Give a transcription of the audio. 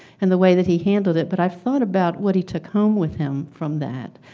and the way that he handled it but i've thought about what he took home with him from that.